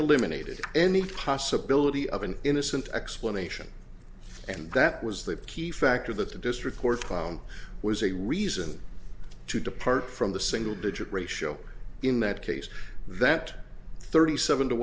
eliminated any possibility of an innocent explanation and that was the key factor that the district court found was a reason to depart from the single digit ratio in that case that thirty seven to